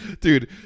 dude